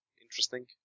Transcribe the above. interesting